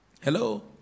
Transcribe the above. Hello